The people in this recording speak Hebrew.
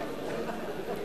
תהיה תמיכה.